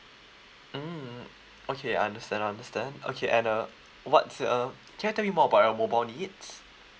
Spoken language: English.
mm okay understand understand okay and uh what's uh can you tell me more about your mobile needs